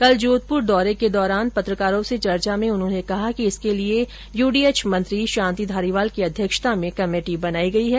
कल जोधपुर दौरे के दौरान पत्रकारों से चर्चा में उन्होंने कहा कि इसके लिए यूर्डोएच मंत्री शांति धारीवाल की अध्यक्षता में कमेटी बनी है